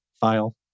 file